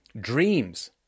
dreams